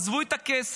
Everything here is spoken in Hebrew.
עזבו את הכסף,